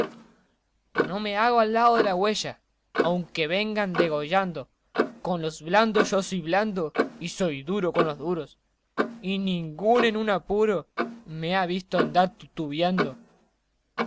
no me hago al lao de la güeya aunque vengan degollando con los blandos yo soy blando y soy duro con los duros y ninguno en un apuro me ha visto andar